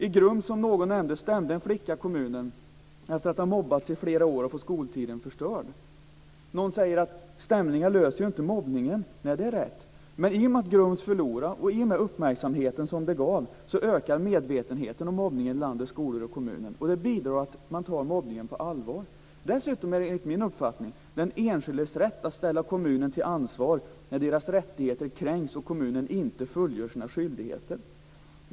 I Grums, som någon nämnde, stämde en flicka kommunen efter att ha mobbats i flera år och fått skoltiden förstörd. Någon säger att stämningar löser ju inte problemet med mobbningen, och det är rätt. Men i och med att Grums förlorade och i och med den uppmärksamhet som det gav, ökar medvetenheten om mobbningen i landets skolor och kommuner. Det bidrar till att mobbningen tas på allvar. Dessutom är det enligt min uppfattning de enskildas rätt att ställa kommunen till ansvar när deras rättigheter kränks och kommunen inte fullgör sina skyldigheter.